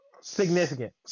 Significant